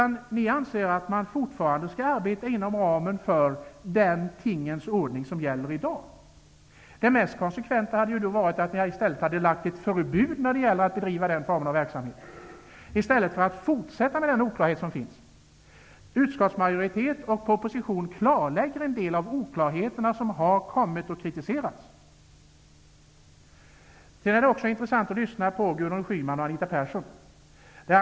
Ni anser att man fortfarande skall arbeta inom ramen för den tingens ordning som i dag gäller. Det mest konsekventa hade varit att ni lagt fram ett förslag om förbud när det gäller den formen av verksamhet, i stället för att fortsätta med den oklarhet som råder. Utskottsmajoritetens text och propositionen klarlägger en del av de oklarheter som har kritiserats. Det är intressant att lyssna både till Anita Persson och till Gudrun Schyman.